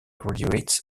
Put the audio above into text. graduates